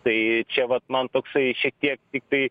tai čia vat man toksai šiek tiek tiktai